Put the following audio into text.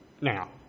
Now